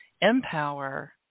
empower